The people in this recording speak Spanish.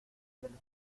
del